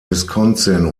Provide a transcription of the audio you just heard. wisconsin